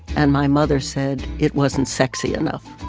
and my mother said it wasn't sexy enough.